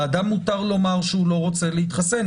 לאדם מותר לומר שהוא לא רוצה להתחסן.